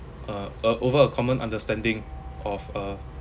uh uh over a common understanding of uh